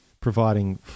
providing